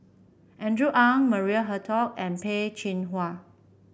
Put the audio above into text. Andrew Ang Maria Hertogh and Peh Chin Hua